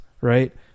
right